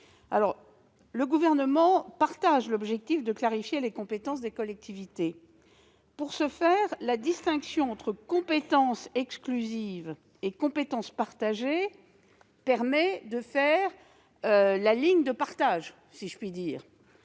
Le Gouvernement partage l'objectif de clarifier les compétences des collectivités. De fait, la distinction entre compétence exclusive et compétence partagée permet de définir la ligne de partage. La création